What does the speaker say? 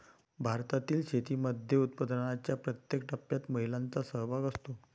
भारतातील शेतीमध्ये उत्पादनाच्या प्रत्येक टप्प्यात महिलांचा सहभाग असतो